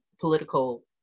political